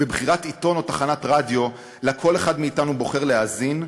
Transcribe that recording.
בבחירת העיתון או תחנת הרדיו שכל אחד מאתנו בוחר להאזין לה,